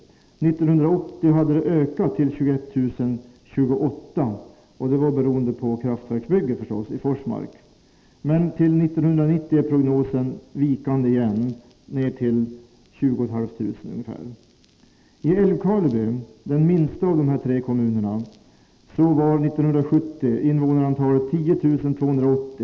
År 1980 hade antalet ökat till 21 028, vilket givetvis berodde på kraftverksbygget i Forsmark. År 1990 beräknas en nedgång till 20 665. I Älvkarleby, den minsta av dessa kommuner, var invånarantalet 10 280 år 1970.